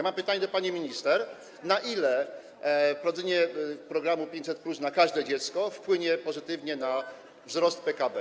Mam pytanie do pani minister: Na ile wprowadzenie programu 500+ na każde dziecko wpłynie pozytywnie na wzrost PKB?